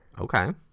okay